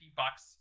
bucks